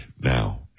now